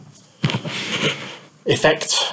effect